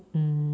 mm